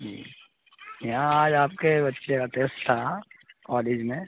جی یہاں آج آپ کے بچے کا ٹیسٹ تھا کالج میں